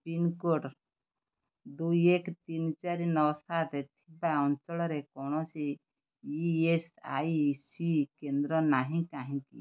pincode ଦୁଇ ଏକ ତିନି ଚାରି ନଅ ସାତ ଥିବା ଅଞ୍ଚଳରେ କୌଣସି ଇ ଏସ୍ ଆଇ ସି କେନ୍ଦ୍ର ନାହିଁ କାହିଁକି